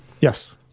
Yes